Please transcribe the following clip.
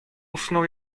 usunął